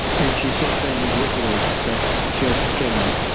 and she said things, wikileaks, that just came out.